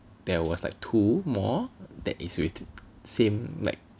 there was like two more that is with same like